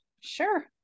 sure